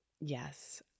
yes